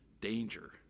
danger